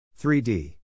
3D